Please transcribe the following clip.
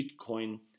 Bitcoin